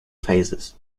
phases